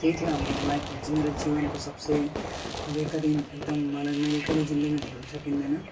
त्यही थियो हाम्रो लाइफहरू चाहिँ मेरो जीवनको सबसे बेहतरिन एकदम मलाई मैले कहिले जिन्दगीमा भुल्नु सकिँदैन